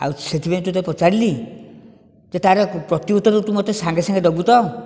ଆଉ ସେଥିପାଇଁ ତୋତେ ପଚାରିଲି ତା ପ୍ରତିଉତ୍ତର ତୁ ମୋତେ ସାଙ୍ଗେ ସାଙ୍ଗେ ଦେବୁ ତ